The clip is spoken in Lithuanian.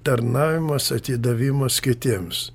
tarnavimas atidavimas kitiems